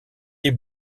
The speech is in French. des